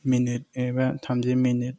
minute एबा थामजि minute